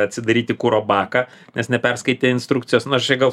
atsidaryti kuro baką nes neperskaitė instrukcijos nu aš čia gal